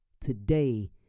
today